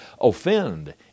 offend